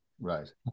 Right